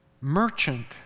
merchant